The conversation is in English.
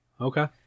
Okay